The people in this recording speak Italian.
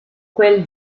quel